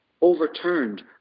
overturned